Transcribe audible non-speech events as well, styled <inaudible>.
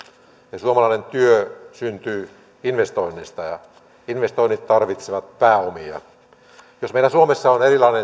ja suomalainen työ syntyy investoinneista ja investoinnit tarvitsevat pääomia jos meillä suomessa on erilainen <unintelligible>